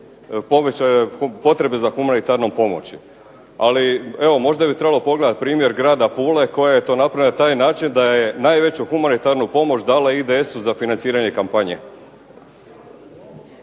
potrebe za humanitarnom pomoći. Ali evo možda bi trebalo pogledati primjer grada Pule koji je to napravio na taj način da je najveću humanitarnu pomoć dala IDS-u za financiranje kampanje.